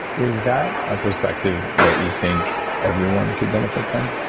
is that a perspective that you think everyone could benefit from?